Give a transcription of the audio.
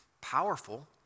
powerful